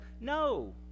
No